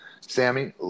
Sammy